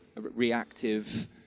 reactive